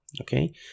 okay